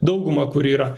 daugumą kuri yra